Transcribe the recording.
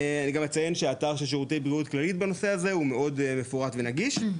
אציין גם שהאתר של כללית בנושא הזה מאוד מפורט ונגיש,